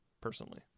personally